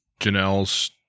Janelle's